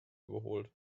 überholt